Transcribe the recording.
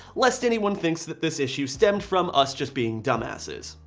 lest anyone thinks that this issue stemmed from us just being dumb asses.